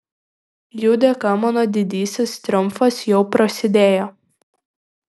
jų dėka mano didysis triumfas jau prasidėjo